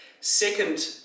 Second